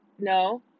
No